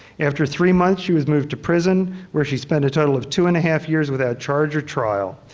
after three months, she was moved to prison where she spent a total of two and a half years without charge or trial.